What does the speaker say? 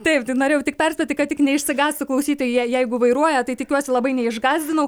taip tai norėjau tik perspėti kad tik neišsigąstų klausytojai jei jeigu vairuoja tai tikiuosi labai neišgąsdinau